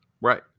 Right